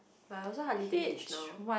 but I also hardly take Hitch now